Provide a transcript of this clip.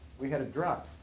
we had a drop,